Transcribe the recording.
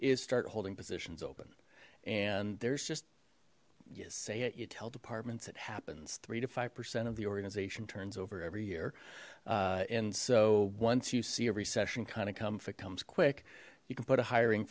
is start holding positions open and there's just you say it you tell departments it happens three to five percent of the organization turns over every year and so once you see a recession kind of come if it comes quick you can put a hiring